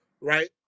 right